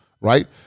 right